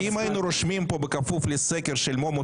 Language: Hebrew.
כי אם היינו רושמים פה בכפוף לסקר של מומו